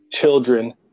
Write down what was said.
children